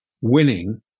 winning